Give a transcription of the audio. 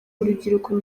urubyiruko